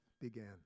began